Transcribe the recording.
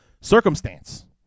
circumstance